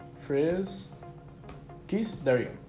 frizz geez, there you